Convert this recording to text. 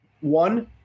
one